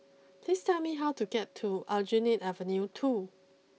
please tell me how to get to Aljunied Avenue two